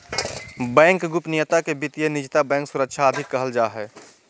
bank गोपनीयता के वित्तीय निजता, बैंक सुरक्षा आदि कहल जा हइ